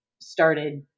started